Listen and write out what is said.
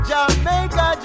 Jamaica